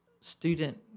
student